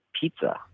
pizza